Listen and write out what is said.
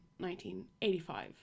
1985